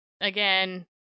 again